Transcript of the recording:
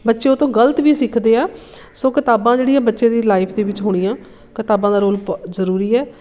ਬੱਚੇ ਉਹ ਤੋਂ ਗਲਤ ਵੀ ਸਿੱਖਦੇ ਹੈ ਸੋ ਕਿਤਾਬਾਂ ਜਿਹੜੀਆਂ ਬੱਚੇ ਦੀ ਲਾਈਫ ਦੇ ਵਿੱਚ ਹੋਣੀਆਂ ਕਿਤਾਬਾਂ ਦਾ ਰੋਲ ਬ ਜ਼ਰੂਰੀ ਹੈ